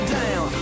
down